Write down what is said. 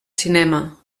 cinema